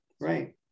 right